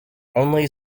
only